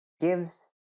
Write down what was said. gives